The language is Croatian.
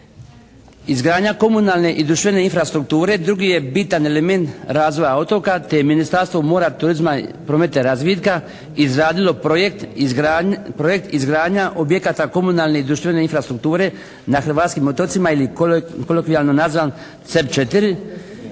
Izgradnja komunalne i društvene infrastrukture drugi je bitan element razvoja otoka te je Ministarstvo mora, turizma, prometa i razvitka izradilo projekt izgradnja objekata komunalne i društvene infrastrukture na hrvatskim otocima ili kolokvijalno nazvan CEV